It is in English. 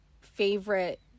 favorite